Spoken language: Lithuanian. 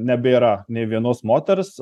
nebėra nė vienos moters